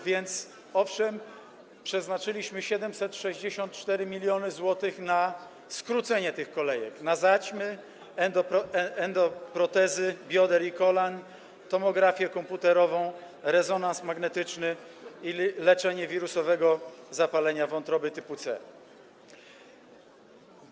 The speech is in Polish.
Więc owszem przeznaczyliśmy 764 mln zł na skrócenie tych kolejek na operacje zaćmy endoprotezy bioder i kolan, tomografię komputerową, rezonans magnetyczny i leczenie wirusowego zapalenia wątroby typu C.